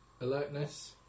Alertness